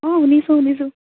অঁ শুনিছোঁ শুনিছোঁ